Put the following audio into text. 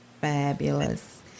Fabulous